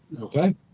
Okay